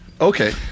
Okay